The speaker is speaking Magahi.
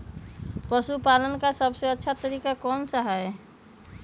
पशु पालन का सबसे अच्छा तरीका कौन सा हैँ?